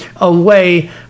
away